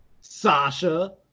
Sasha